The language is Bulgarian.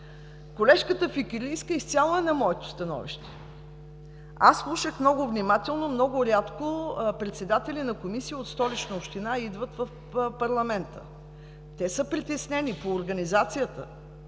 Колежката Фикирлийска изцяло е на моето становище. Аз слушах много внимателно, много рядко председатели на комисии от Столична община идват в парламента. Те са притеснени по организацията,